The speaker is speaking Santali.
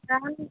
ᱛᱟᱦᱚᱞᱮ